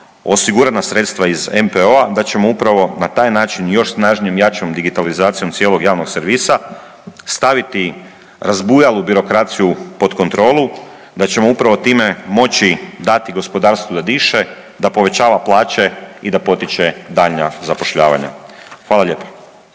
osigurana sredstva iz MPO-a i da ćemo upravo na taj način još snažnijom, jačom digitalizacijom cijelog javnog servisa staviti razbujalu birokraciju pod kontrolu, da ćemo upravo time moći dati gospodarstvu da diše, da povećava plaće i da potiče daljnja zapošljavanja. Hvala lijepa.